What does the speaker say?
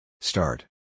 Start